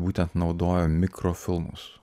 būtent naudojo mikrofilmus